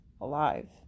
alive